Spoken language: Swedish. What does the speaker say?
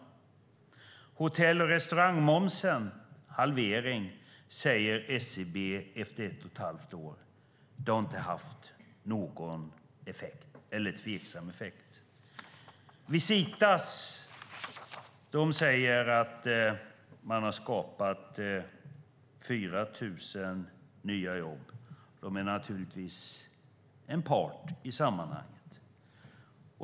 Ett och ett halvt år efter hotell och restaurangmomsens halvering säger SCB att detta inte haft någon effekt eller att effekten är tveksam. Visita säger att 4 000 nya jobb har skapats. De är naturligtvis en part i sammanhanget.